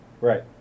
Right